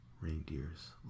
Reindeers